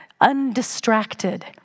undistracted